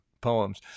poems